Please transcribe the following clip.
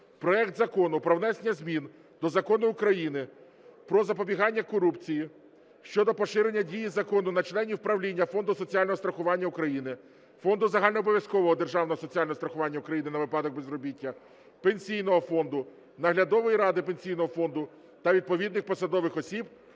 проект Закону про внесення змін до Закону України "Про запобігання корупції" щодо поширення дії закону на членів правління Фонду соціального страхування України, Фонду загальнообов'язкового державного соціального страхування України на випадок безробіття, Пенсійного фонду, Наглядової ради Пенсійного фонду та відповідних посадових осіб